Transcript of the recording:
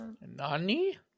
Nani